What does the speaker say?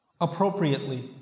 Appropriately